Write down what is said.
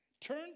turn